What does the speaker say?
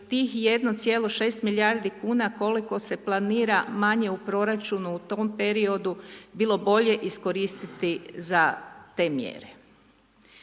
tih 1,6 milijardi kuna koliko se planira manje u proračunu u tom periodu, bilo bolje iskoristiti za te mjere.